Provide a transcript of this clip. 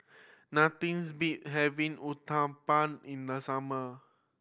nothings beat having Uthapam in the summer